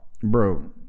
Bro